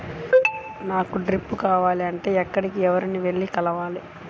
నాకు డ్రిప్లు కావాలి అంటే ఎక్కడికి, ఎవరిని వెళ్లి కలవాలి?